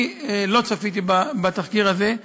לא צפיתי בתחקיר הזה.